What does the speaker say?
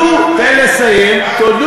אל תהיה דמוקרטי, אתה שותף לעניין.